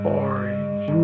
orange